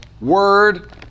word